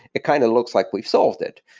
it kind of looks like we've solved it,